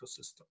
ecosystem